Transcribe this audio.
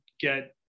get